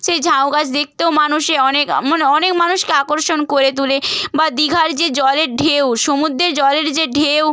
সেই ঝাউগাছ দেখতেও মানুষে অনেক মানে অনেক মানুষকে আকর্ষণ করে তোলে বা দীঘার যে জলের ঢেউ সমুদ্রে জলের যে ঢেউ